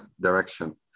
direction